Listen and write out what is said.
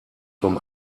vom